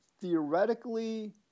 theoretically